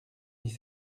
dix